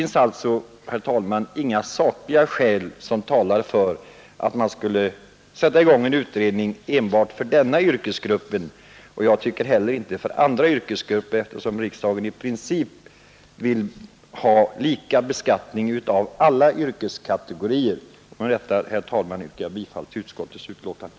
Det föreligger alltså inga sakliga skäl som talar för att man skulle sätta i gång en utredning enbart för denna yrkesgrupp. Jag tycker inte heller att det gör det när det gäller andra yrkesgrupper, eftersom riksdagen i princip vill ha lika beskattning av alla yrkeskategorier. Med detta, herr talman, yrkar jag bifall till utskottets hemställan.